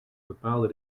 bepaalde